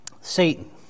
Satan